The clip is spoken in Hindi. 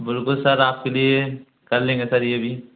बिल्कुल सर आपके लिए कर लेंगे सर यह भी